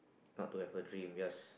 not to have a dream just